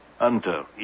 Hunter